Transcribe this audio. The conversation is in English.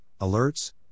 alerts